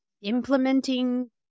implementing